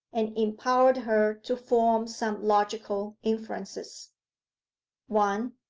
and empowered her to form some logical inferences one.